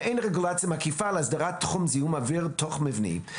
ואין רגולציה מקיפה להסדרת תחום זיהום האוויר התוך מבני.